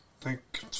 Thank